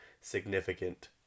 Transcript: significant